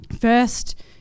First